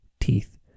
Teeth